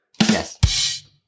Yes